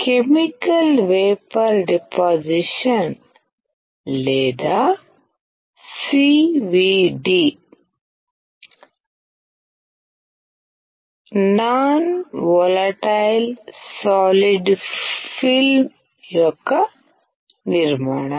chemical vapour deposition లేదా CVD non volatile solid film యొక్క నిర్మాణం